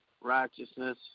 righteousness